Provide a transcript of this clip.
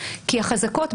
כי החזקות,